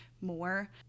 more